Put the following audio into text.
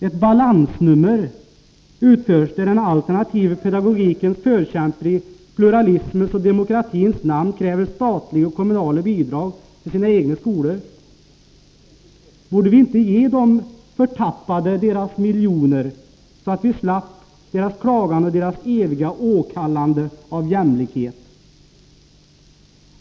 Ett balansnummer utförs där den alternativa pedagogikens förkämpar i pluralismens och demokratins namn kräver statliga och kommunala bidrag till sina egna skolor. Borde vi inte ge de förtappade deras miljoner, så att vi slapp deras klagan och eviga åberopande av jämlikhetsprincipen?